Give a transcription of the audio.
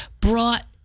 brought